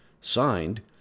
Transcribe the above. Signed